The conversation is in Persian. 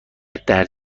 درد